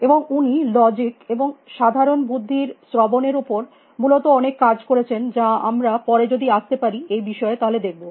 এবং উনি লজিক এবং সাধারণ বুদ্ধির শ্রবণের উপর মূলত অনেক কাজ করেছেন যা আমরা পরে যদি আসতে পারি এই বিষয়ে তাহলে দেখব